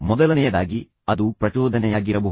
ಮೊದಲನೆಯದಾಗಿ ಅದು ಪ್ರಚೋದನೆಯಾಗಿರಬಹುದು